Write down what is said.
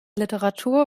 literatur